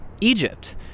Egypt